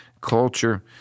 culture